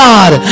God